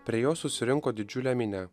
prie jo susirinko didžiulė minia